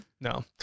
no